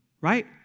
Right